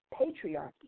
patriarchy